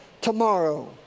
tomorrow